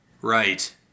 right